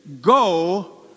go